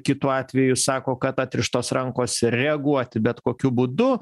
kitu atveju sako kad atrištos rankos reaguoti bet kokiu būdu